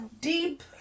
deep